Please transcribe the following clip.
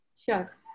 Sure